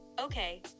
Okay